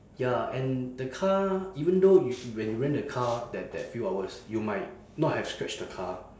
ya and the car even though you when you rent the car that that few hours you might not have scratched the car